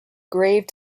grave